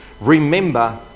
remember